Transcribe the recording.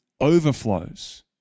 Overflows